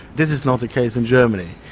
this is not the case in germany.